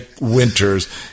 winters